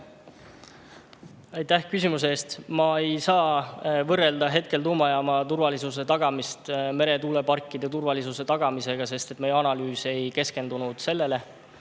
Aitäh küsimuse eest! Ma ei saa võrrelda tuumajaama turvalisuse tagamist meretuuleparkide turvalisuse tagamisega, sest meie analüüs ei keskendunud sellele.